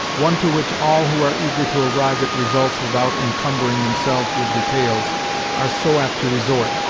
one to which all who are eager to arrive at results without encumbering themselves with details are so apt to resort,